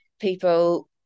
people